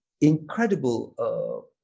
incredible